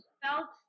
felt